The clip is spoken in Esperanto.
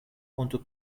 hontu